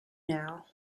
now